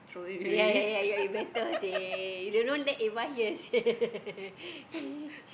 ya ya ya ya you better say you don't know let eh why here seh